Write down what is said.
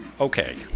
Okay